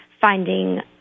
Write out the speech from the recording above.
finding